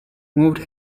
moved